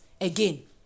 again